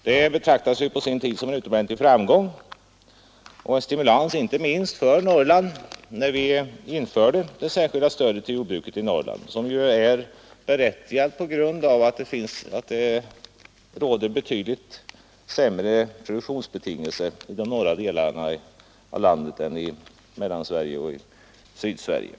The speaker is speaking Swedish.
Det betraktades ju på sin tid som ett utomordentligt framsteg och en stimulans inte minst för Norrland när det särskilda stödet till jordbruket i Norrland infördes, ett stöd som var berättigat med hänsyn till att produktionsbetingelserna är sämre i de norra delarna av landet än i Mellansverige och Sydsverige.